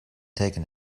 taken